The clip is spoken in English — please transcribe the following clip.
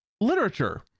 literature